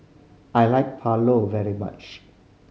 I like Pulao very much